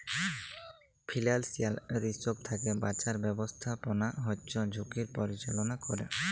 financial risk থ্যাকে বাঁচার ব্যাবস্থাপনা হচ্যে ঝুঁকির পরিচাললা ক্যরে